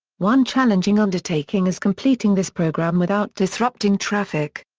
one challenging undertaking is completing this program without disrupting traffic.